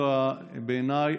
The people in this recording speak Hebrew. בעיניי,